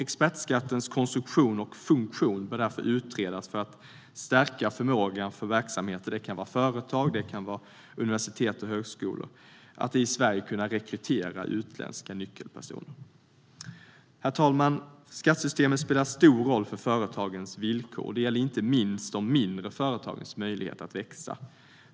Expertskattens konstruktion och funktion bör därför utredas för att stärka förmågan för verksamheter - det kan vara företag, universitet och högskolor - att i Sverige kunna rekrytera utländska nyckelpersoner. Herr talman! Skattesystemet spelar stor roll för företagens villkor. Det gäller inte minst de mindre företagens möjlighet att växa.